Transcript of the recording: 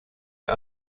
der